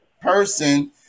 person